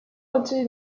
other